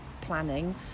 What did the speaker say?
planning